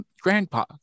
grandpa